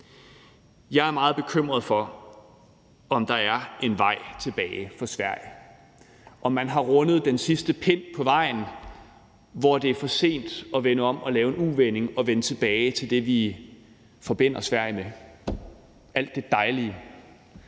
Jeg er meget bekymret for, om der er en vej tilbage for Sverige, altså om man har rundet den sidste pind på vejen, hvor det er for sent at vende om og lave en U-vending og vende tilbage til det, vi forbinder Sverige med, nemlig alt det dejlige: